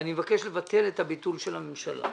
ואני מבקש לבטל את הביטול עליו החליטה הממשלה.